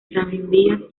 tranvías